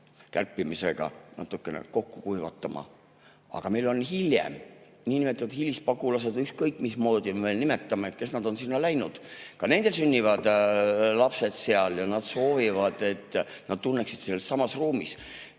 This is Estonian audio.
kärpimisega natukene kokku kuivatama. Aga meil on hiljem niinimetatud hilispagulased või ükskõik, mismoodi me nimetame neid, kes on ära läinud. Ka nendel sünnivad seal lapsed ja nad soovivad, et nad tunneksid end sellessamas ruumis.